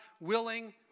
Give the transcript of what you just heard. willing